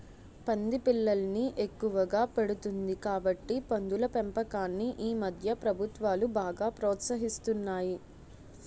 పంది పిల్లల్ని ఎక్కువగా పెడుతుంది కాబట్టి పందుల పెంపకాన్ని ఈమధ్య ప్రభుత్వాలు బాగా ప్రోత్సహిస్తున్నాయి